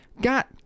got